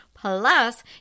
Plus